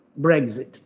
Brexit